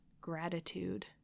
gratitude